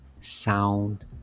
sound